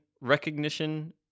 recognition